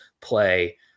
play